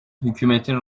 hükümetin